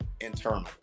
internal